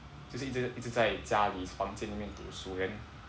就是一直一直在家里房间那边读书 then